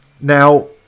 Now